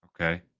Okay